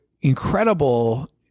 incredible